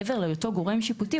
מעבר להיותו גורם שיפוטי,